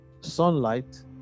sunlight